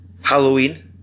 Halloween